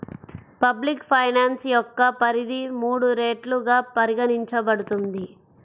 public finance యొక్క పరిధి మూడు రెట్లుగా పరిగణించబడుతుంది